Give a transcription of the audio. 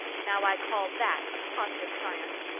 now, i call that a positive triumph.